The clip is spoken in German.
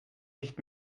nicht